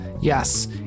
yes